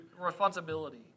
responsibility